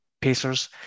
Pacers